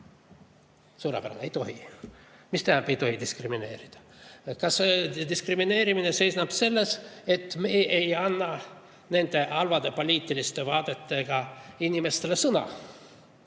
Suurepärane, ei tohi! Aga mida tähendab, et ei tohi diskrimineerida? Kas diskrimineerimine seisneb selles, et me ei anna nende halbade poliitiliste vaadetega inimestele sõna